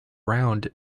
round